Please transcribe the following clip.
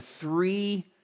three